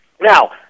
Now